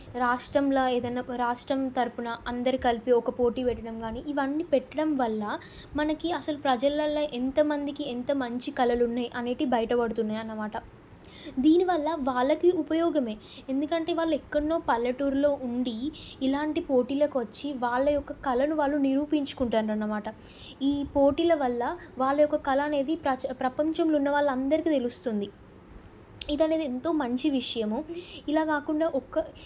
రాష్ట్రంలో ఏదైనా రాష్ట్రం తరపున అందరు కలిపి ఒక పోటీ పెట్టడం కానీ ఇవన్నీ పెట్టడం వల్ల మనకి అసలు ప్రజలలో ఎంతమందికి ఎంత మంచి కళలు ఉన్నాయి అనేటివి బయటపడుతున్నాయి అనమాట దీనివల్ల వాళ్ళకి ఉపయోగమే ఎందుకంటే వాళ్ళు ఎక్కడ్నో పల్లెటూర్లో ఉండి ఇలాంటి పోటీలకు వచ్చి వాళ్ళ యొక్క కళలు వాళ్ళు నిరూపించుకుంటారు అనమాట ఈ పోటీల వల్ల వాళ్ళ యొక్క కళ అనేది ప్రచ ప్రపంచంలో ఉన్న వాళ్ళందరికీ తెలుస్తోంది ఇతనిది ఎంతో మంచి విషయము ఇలా కాకుండా ఒక్క